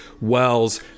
Wells